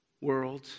world